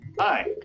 Hi